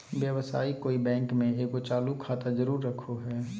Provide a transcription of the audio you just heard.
व्यवसायी कोय बैंक में एगो चालू खाता जरूर रखो हइ